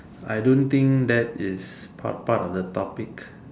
I don't think that is part part of the topic